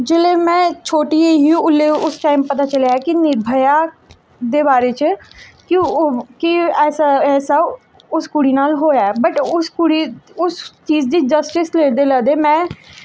जिसलै में छोटी जेही ही ते उसलै पता चलेआ हा कि निर्भया दे बारे च कि ऐसा ऐसा उस कुड़ी नाल होआ ऐ बट उस चीज दी जस्टिस लैंदे लैंदे में